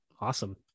awesome